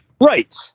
Right